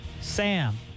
Sam